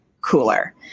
cooler